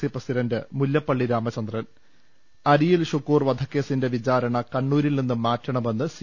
C president Mullappally Ramachandran Ariyil Shukkur വധക്കേസിന്റെ വിചാരണ കണ്ണൂരിൽ നിന്ന് മാറ്റണമെന്ന് സി